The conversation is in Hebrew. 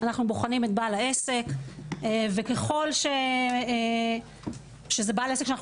אנחנו בוחנים את בעל העסק וככל שזה בעל עסק שאנחנו